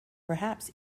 perhaps